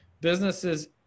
businesses